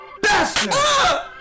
bastard